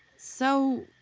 so,